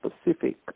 specific